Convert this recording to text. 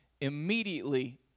immediately